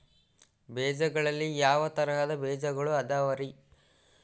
ಬೇಜಗಳಲ್ಲಿ ಯಾವ ತರಹದ ಬೇಜಗಳು ಅದವರಿ?